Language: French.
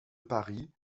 paris